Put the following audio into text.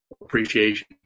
appreciation